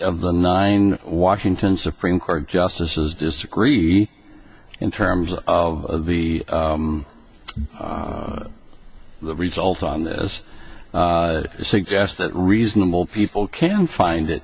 of the nine washington supreme court justices disagree in terms of the the result on this suggests that reasonable people can find it